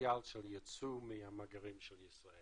הפוטנציאל של יצוא מהמאגרים של ישראל.